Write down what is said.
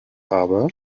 habe